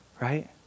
right